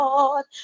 Lord